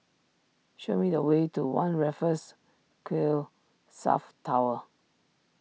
show me the way to one Raffles Quay South Tower